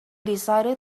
decided